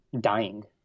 dying